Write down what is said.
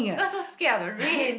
cause so scared of the rain